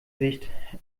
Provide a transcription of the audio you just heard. sicht